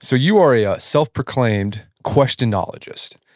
so you are a ah self-proclaimed questionologist.